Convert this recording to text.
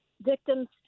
victims